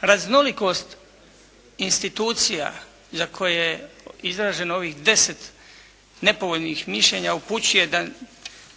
Raznolikost institucija za koje je izraženo ovih deset nepovoljnih mišljenja upućuje da